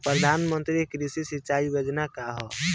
प्रधानमंत्री कृषि सिंचाई योजना का ह?